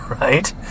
right